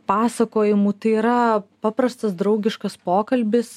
pasakojimų tai yra paprastas draugiškas pokalbis